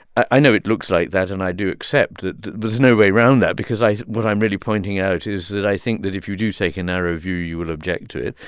i know it looks like that. and i do accept that there's no way around that because i what i'm really pointing out is that i think that if you do take a narrow view, you will object to it.